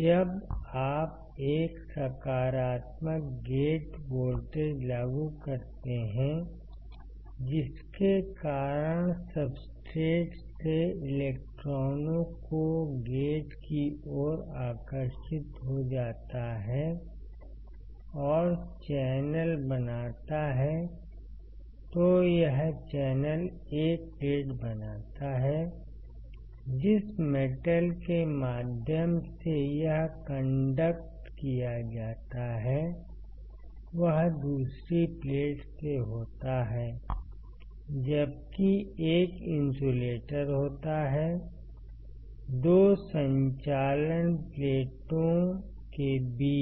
जब आप एक सकारात्मक गेट वोल्टेज लागू करते हैं जिसके कारण सब्सट्रेट से इलेक्ट्रॉनों को गेट की ओर आकर्षित हो जाता है और चैनल बनाता है तो यह चैनल 1 प्लेट बनाता है जिस मेटल के माध्यम से यह कंडक्ट किया जाता है वह दूसरी प्लेट से होता है जबकि एक इन्सुलेटर होता है 2 संचालन प्लेटों के बीच